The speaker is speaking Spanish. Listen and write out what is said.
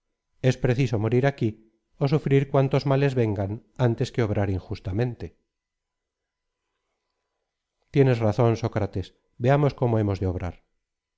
es preciso morir aquí ó sufrir cuantos males vengan antes que obrar injustamente tienes razón sócrates veamos cómo hemos